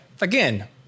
again